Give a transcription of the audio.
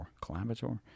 collaborator